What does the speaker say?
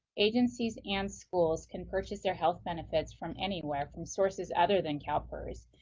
agencies and schools can purchase their health benefits from anywhere from sources other than calpers,